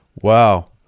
wow